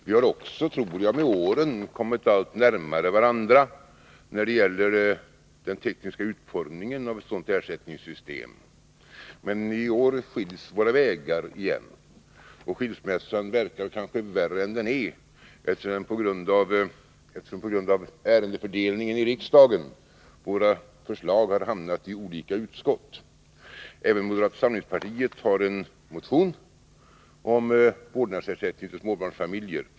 Vi har också, tror jag, med åren kommit allt närmare varandra när det gäller den tekniska utformningen av ett sådant ersättningssystem. Men i år skils våra vägar igen. Och skilsmässan verkar kanske värre än den är, eftersom våra förslag på grund av ärendefördelningen i riksdagen har hamnat i olika utskott. Även moderata samlingspartiet har en motion om vårdnadsersättning för småbarnsfamiljer.